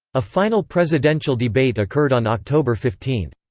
a final presidential debate occurred on october fifteen.